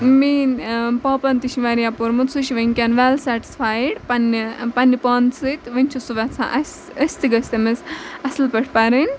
میٛٲنۍ پاپَن تہِ چھِ واریاہ پوٚرمُت سُہ چھِ وٕنکٮ۪ن وٮ۪ل سٮ۪ٹٕسفایِڈ پنٛنہِ پنٛنہِ پانہٕ سۭتۍ وٕنۍ چھِ سُہ وٮ۪ژھان اَسہِ أسۍ تہِ گٔژھۍ تٔمِس اَصٕل پٲٹھۍ پَرٕنۍ